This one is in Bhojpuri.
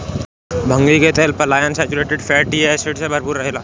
भांगी के तेल पालियन सैचुरेटेड फैटी एसिड से भरपूर रहेला